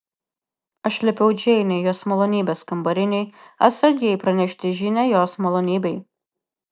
aš liepiau džeinei jos malonybės kambarinei atsargiai pranešti žinią jos malonybei